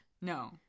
No